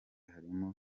harimo